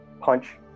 punch